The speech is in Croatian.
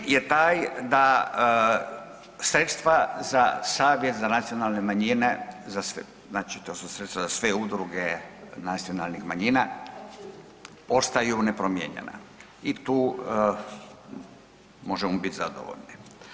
Prvi je taj da sredstva za Savjet za nacionalne manjine, znači to su sredstva za sve udruge nacionalnih manjina ostaju nepromijenjena i tu možemo biti zadovoljni.